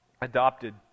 adopted